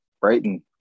Brighton